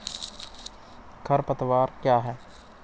खरपतवार क्या है?